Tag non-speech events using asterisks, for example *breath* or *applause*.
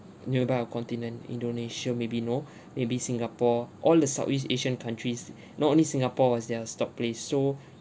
nearby a continent indonesia maybe no *breath* maybe singapore all the southeast asian countries *breath* not only singapore was their stop place so *breath*